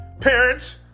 parents